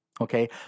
okay